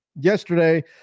yesterday